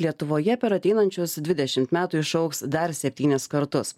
lietuvoje per ateinančius dvidešimt metų išaugs dar septynis kartus